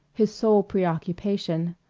his sole preoccupation.